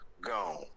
Gone